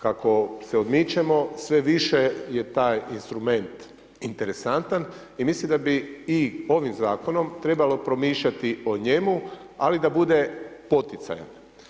Kako se odmičemo, sve više je taj instrument interesantan i mislim da bi i ovim zakonom trebalo promišljati o njemu, ali da bude poticajan.